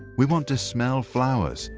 we want to smell flowers,